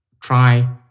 try